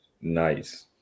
nice